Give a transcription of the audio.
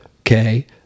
Okay